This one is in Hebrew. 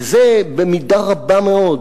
וזה, במידה רבה מאוד,